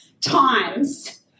times